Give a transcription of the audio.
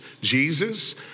Jesus